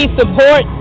support